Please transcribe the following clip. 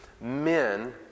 men